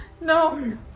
No